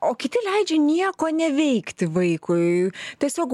o kiti leidžia nieko neveikti vaikui tiesiog